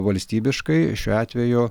valstybiškai šiuo atveju